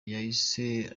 yahize